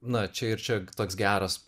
na čia ir čia toks geras